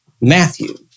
Matthew